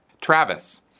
travis